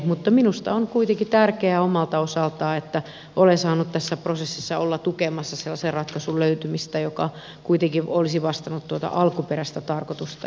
mutta minusta on kuitenkin tärkeää omalta osaltaan että olen saanut tässä prosessissa olla tukemassa sellaisen ratkaisun löytymistä joka kuitenkin vastaisi tuota alkuperäistä tarkoitusta